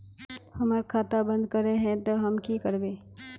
हमर खाता बंद करे के है ते हम की करबे?